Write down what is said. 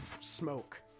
smoke